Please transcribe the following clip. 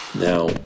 Now